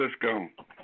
Francisco